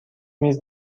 میز